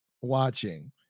watching